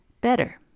better